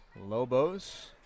Lobos